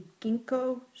Ginkgo